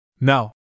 No